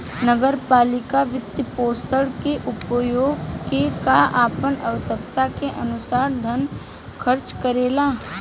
नगर पालिका वित्तपोषण के उपयोग क के आपन आवश्यकता के अनुसार धन खर्च करेला